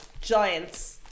giants